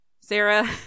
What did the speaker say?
Sarah